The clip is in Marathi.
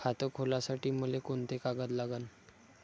खात खोलासाठी मले कोंते कागद लागन?